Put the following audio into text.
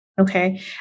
Okay